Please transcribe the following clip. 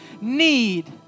need